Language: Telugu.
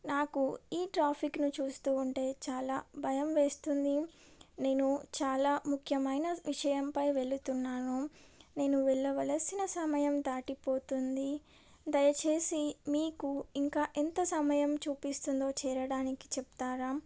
నాకు ఈ ట్రాఫిక్ను చూస్తూ ఉంటే చాలా భయం వేస్తుంది నేను చాలా ముఖ్యమైన విషయంపై వెళుతున్నాను నేను వెళ్ళవలసిన సమయం దాటిపోతుంది దయచేసి మీకు ఇంకా ఎంత సమయం చూపిస్తుందో చేరడానికి చెప్తారా